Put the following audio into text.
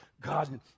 god